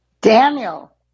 Daniel